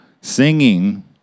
singing